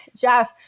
Jeff